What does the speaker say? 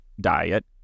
diet